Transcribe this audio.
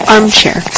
Armchair